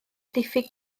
diffyg